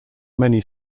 many